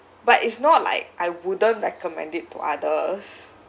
but it's not like I wouldn't recommend it to others